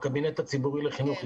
הקבינט הציבורי לחינוך,